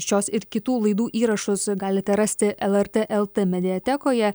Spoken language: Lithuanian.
šios ir kitų laidų įrašus galite rasti lrt lrt mediatekoje